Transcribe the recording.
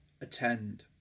attend